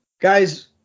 Guys